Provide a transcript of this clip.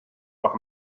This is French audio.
par